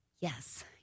yes